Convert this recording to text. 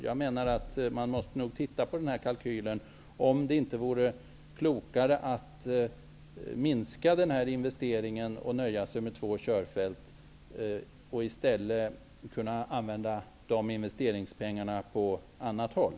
Jag menar att man måste titta på kalkylen och se om det inte vore klokare att minska investeringen och nöja sig med två körfält och i stället använda de investeringspengarna på annat håll.